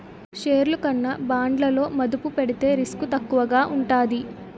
షేర్లు కన్నా బాండ్లలో మదుపు పెడితే రిస్క్ తక్కువగా ఉంటాది